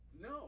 No